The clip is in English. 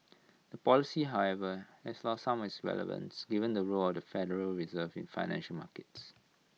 the policy however has lost some of its relevance given the role of the federal reserve in financial markets